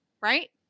right